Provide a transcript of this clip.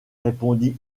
répondit